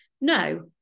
No